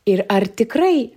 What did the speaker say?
ir ar tikrai